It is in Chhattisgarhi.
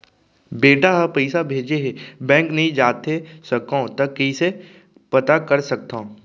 बेटा ह पइसा भेजे हे बैंक नई जाथे सकंव त कइसे पता कर सकथव?